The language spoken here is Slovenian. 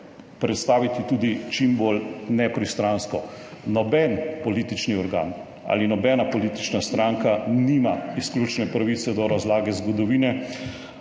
predstaviti tudi čim bolj nepristransko. Noben politični organ ali nobena politična stranka nima izključne pravice do razlage zgodovine,